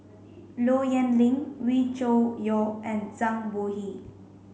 Low Yen Ling Wee Cho Yaw and Zhang Bohe